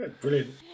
brilliant